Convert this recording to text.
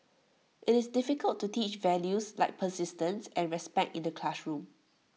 IT is difficult to teach values like persistence and respect in the classroom